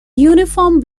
uniform